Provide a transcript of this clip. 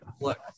look